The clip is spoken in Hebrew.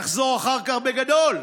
תחזור אחר כך בגדול.